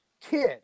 kid